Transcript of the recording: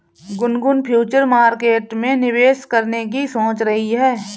Gungun future market में निवेश करने की सोच रही है